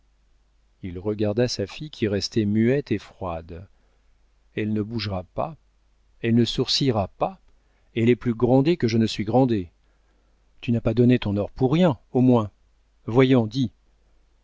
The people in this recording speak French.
il regarda sa fille qui restait muette et froide elle ne bougera pas elle ne sourcillera pas elle est plus grandet que je ne suis grandet tu n'as pas donné ton or pour rien au moins voyons dis